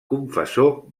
confessor